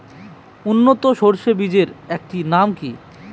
উন্নত সরষে বীজের একটি নাম কি?